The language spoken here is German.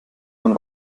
man